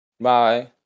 Bye